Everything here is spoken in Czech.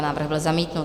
Návrh byl zamítnut.